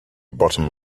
bottom